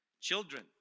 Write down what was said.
Children